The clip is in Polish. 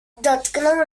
dotknął